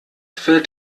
fällt